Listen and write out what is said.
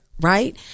Right